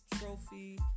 trophy